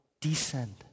Descend